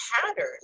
pattern